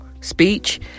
speech